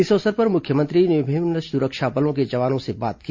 इस अवसर पर मुख्यमंत्री ने विभिन्न सुरक्षा बलों के जवानों से बात की